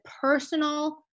personal